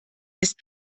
ist